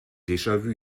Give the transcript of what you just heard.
déjà